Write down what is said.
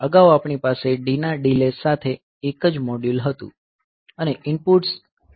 અગાઉ આપણી પાસે D ના ડીલે સાથે એક જ મોડ્યુલ હતું અને ઇનપુટ્સ તેના પર આવતા હતા